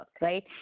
right